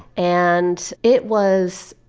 and it was